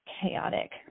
chaotic